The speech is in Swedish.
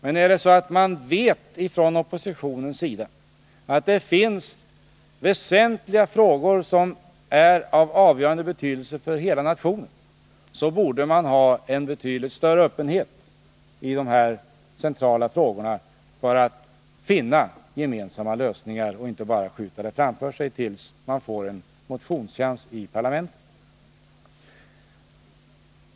Men om man från oppositionens sida vet att det finns frågor som är av avgörande betydelse för hela nationen borde man ha en betydligt större öppenhet i de centrala frågorna för att finna gemensamma lösningar i stället för att bara Nr 54 skjuta frågan framför sig tills man får en motionschans i parlamentet.